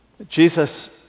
Jesus